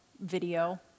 video